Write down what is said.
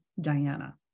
Diana